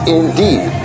indeed